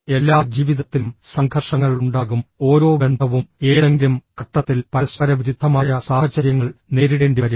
എല്ലാ ജീവിതത്തിലും സംഘർഷങ്ങൾ ഉണ്ടാകും ഓരോ ബന്ധവും ഏതെങ്കിലും ഘട്ടത്തിൽ പരസ്പരവിരുദ്ധമായ സാഹചര്യങ്ങൾ നേരിടേണ്ടിവരും